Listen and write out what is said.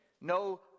no